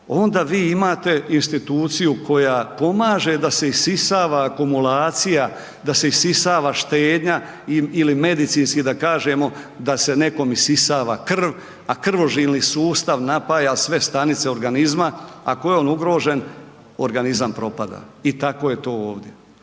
onda vi imate instituciju koja pomaže da se isisava akumulacija, da se isisava štednja ili medicinski da kažemo da se nekom isisava krv, a krvožilni sustav napaja sve stanice organizma, ako je on ugrožen organizam propada i tako je to ovdje.